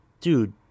Dude